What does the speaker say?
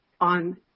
on